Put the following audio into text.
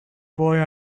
boy